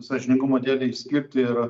sąžiningumo dėlei skirti ir